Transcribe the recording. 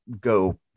go